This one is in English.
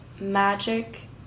magic